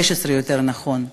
2016 יותר נכון,